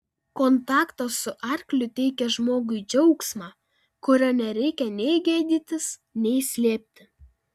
kontaktas su arkliu teikia žmogui džiaugsmą kurio nereikia nei gėdytis nei slėpti